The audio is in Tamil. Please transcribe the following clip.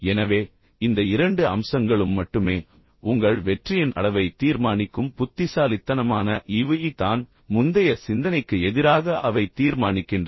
எனவே இந்த இரண்டு அம்சங்களும் மட்டுமே உங்கள் வெற்றியின் அளவை தீர்மானிக்கும் புத்திசாலித்தனமான ஈவு IQ தான் முந்தைய சிந்தனைக்கு எதிராக அவை தீர்மானிக்கின்றன